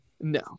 no